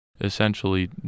Essentially